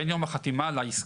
בין יום החתימה על העסקה,